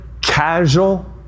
casual